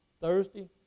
Thursday